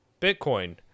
Bitcoin